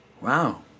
Wow